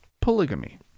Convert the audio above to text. Polygamy